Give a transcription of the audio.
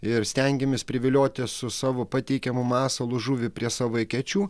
ir stengiamės privilioti su savo pateikiamu masalu žuvį prie savo ekečių